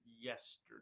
yesterday